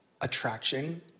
attraction